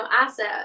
asset